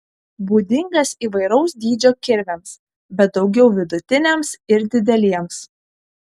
būdingas įvairaus dydžio kirviams bet daugiau vidutiniams ir dideliems